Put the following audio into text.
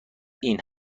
این